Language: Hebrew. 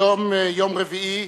היום יום רביעי,